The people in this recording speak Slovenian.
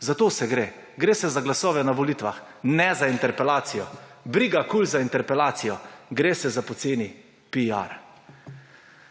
Za to gre. Gre za glasove na volitvah, ne za interpelacijo. Briga KUL za interpelacijo. Gre za poceni piar.